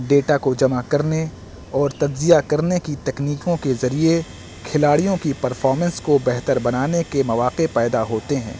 data کو جمع کرنے اور تجزیہ کرنے کی تکنیکوں کے ذریعے کھلاڑیوں کی پرفارمنس کو بہتر بنانے کے مواقع پیدا ہوتے ہیں